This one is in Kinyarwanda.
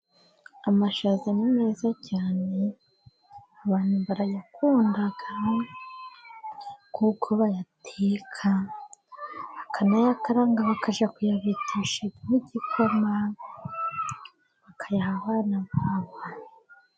Amashaza ni meza cyane， abantu barayakunda， kuko bayateka bakanayakaranga， bakajya kuyabeteshamo igikoma， bakayaha abana babo.